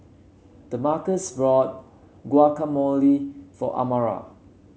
Damarcus bought Guacamole for Amara